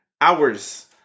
Hours